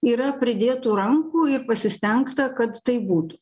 yra pridėtų rankų ir pasistengta kad taip būtų